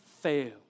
fail